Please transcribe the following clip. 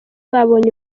babonye